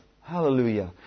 Hallelujah